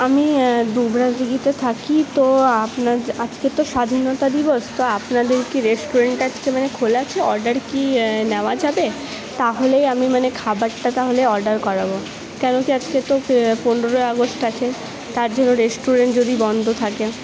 আমি দুবরাজ দিঘিতে থাকি তো আপনার আজকে তো স্বাধীনতা দিবস তো আপনাদের কি রেস্টুরেন্টটা আজকে মানে খোলা আছে অর্ডার কি নেওয়া যাবে তাহলে আমি মানে খাবারটা তাহলে অর্ডার করাবো কেন কি আজকে তো পনেরোই আগস্ট আছে তার জন্য রেস্টুরেন্ট যদি বন্ধ থাকে